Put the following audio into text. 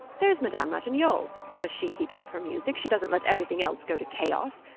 there's madame ratignolle because she keeps up her music, she doesn't let everything else go to chaos.